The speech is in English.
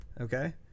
Okay